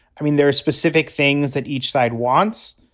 i mean, there are specific things that each side wants.